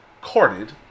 courted